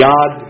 God